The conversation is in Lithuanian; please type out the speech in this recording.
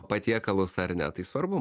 patiekalus ar ne tai svarbu